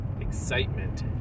excitement